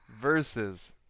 versus